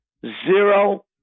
Zero